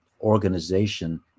organization